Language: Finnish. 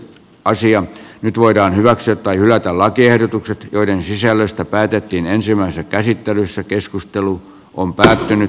nyt voidaan hyväksyä tai hylätä lakiehdotukset joiden sisällöstä päätettiin ensimmäisessä käsittelyssä keskustelu on päättynyt